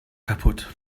kaputt